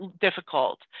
difficult